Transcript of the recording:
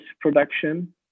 production